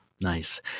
Nice